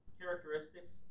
characteristics